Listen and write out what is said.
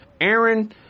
Aaron